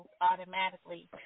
automatically